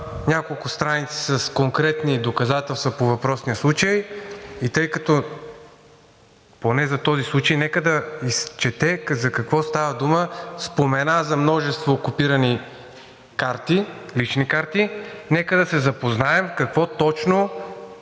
няколко страници с конкретни доказателства по въпросния случай и тъй като, поне за този случай, да изчете за какво става дума, спомена за множество копирани карти – лични карти, нека да се запознаем какво точно,